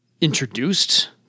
introduced